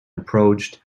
approached